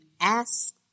ask